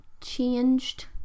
changed